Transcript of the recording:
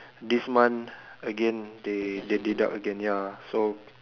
this month again they they deduct again ya so